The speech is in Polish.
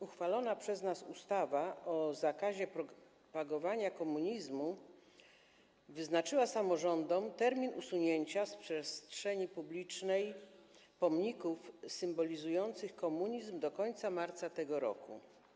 Uchwalona przez nas ustawa o zakazie propagowania komunizmu wyznaczyła samorządom termin usunięcia z przestrzeni publicznej pomników symbolizujących komunizm do końca marca tego roku.